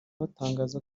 batangaza